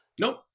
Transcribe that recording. nope